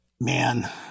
Man